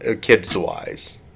kids-wise